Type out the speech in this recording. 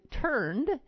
turned